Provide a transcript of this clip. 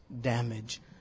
damage